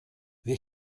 wir